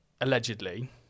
allegedly